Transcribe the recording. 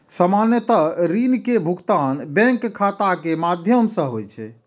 सामान्यतः ऋण के भुगतान बैंक खाता के माध्यम सं होइ छै